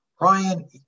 ryan